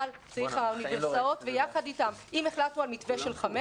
אבל אם החלטנו על מתווה של חמש,